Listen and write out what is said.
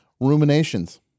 ruminations